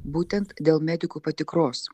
būtent dėl medikų patikros